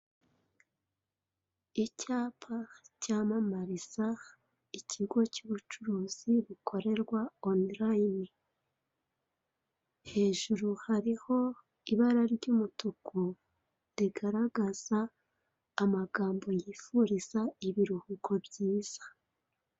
Icyapa cyamamariza ikigo cy'ubucuruzi gikorerwa online. Hejuru hariho ibara ry'umutuku rigaragaza amagambo yifuriza ibiruhuko byiza.